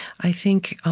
i think,